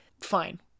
Fine